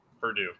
Purdue